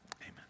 Amen